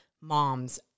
moms